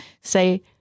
say